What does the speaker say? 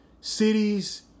cities